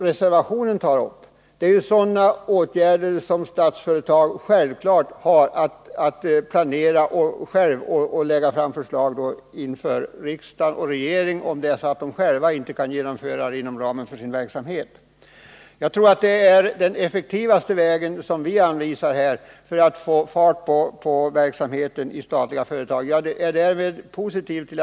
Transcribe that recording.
Reservationen tar upp åtgärder som Statsföretag självt skall planera. Om Statsföretag inom ramen för sin verksamhet inte kan genomföra planerna, bör Statsföretag vända sig till regering och riksdag. Den effektivaste vägen för att få god fart på verksamheten i statliga företag är den som vi anvisar.